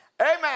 Amen